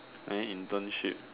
and then internship